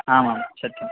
आम् आम् सत्यं